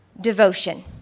devotion